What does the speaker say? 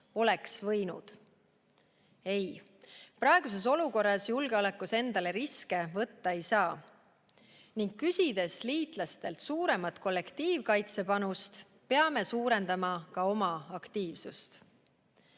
"oleks võinud". Ei! Praeguses olukorras endale julgeolekuriske võtta ei saa ning küsides liitlastelt suuremat kollektiivkaitsepanust, peame suurendama ka oma aktiivsust.